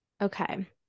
Okay